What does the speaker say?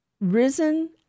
risen